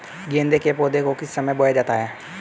गेंदे के पौधे को किस समय बोया जाता है?